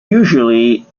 usually